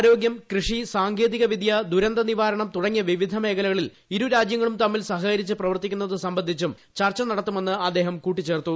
ആരോഗ്യം കൃഷി സാങ്കേതിക വിദ്യ ദുരന്ത നിവാരണം തുടങ്ങിയ വിവിധ മേഖലകളിൽ ഇരു രാജ്യങ്ങളും തമ്മിൽ സഹകരിച്ച് പ്രവർത്തിക്കുന്നത് സംബന്ധിച്ചും ചർച്ച നടത്തുമെന്ന് അദ്ദേഹം കൂട്ടിച്ചേർത്തു